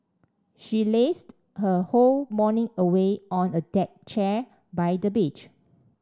she lazed her whole morning away on a deck chair by the beach